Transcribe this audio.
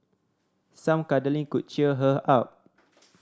some cuddling could cheer her up